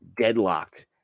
deadlocked